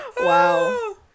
Wow